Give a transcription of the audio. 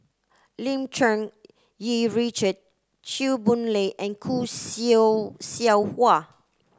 Lim Cherng Yih Richard Chew Boon Lay and Khoo Seow Seow Hwa